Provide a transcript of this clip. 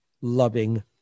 loving